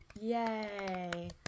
Yay